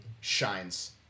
shines